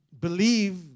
believe